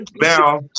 Now